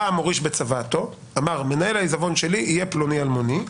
בא המוריש בצוואתו ואמר: מנהל העיזבון שלי יהיה פלוני אלמוני,